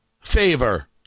favor